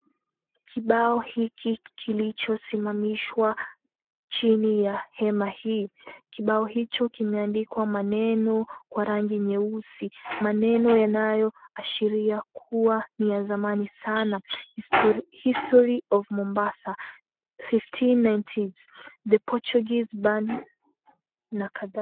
Kibao hiki kilicho simamishwa, chini ya hema hii, kibawo hicho kimeandikwa maneno kwa rangi nyeusi, Maneno ya nayo ashiri kuwa ni ya zamani sana, HISTORY OF MOMBASA, 1598, THE PORTUGUESE BURNT, na kathalika.